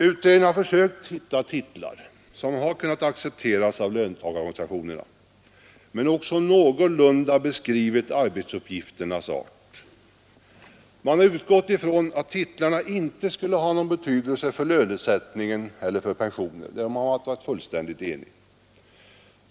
Utredningen har försökt finna titlar som har kunnat accepteras av löntagarorganisationerna men som också någorlunda beskriver arbetsuppgifternas art. Man har utgått från att titlarna inte skulle ha någon betydelse för lönesättningen eller för pensionen. Fullständig enighet har rått om detta.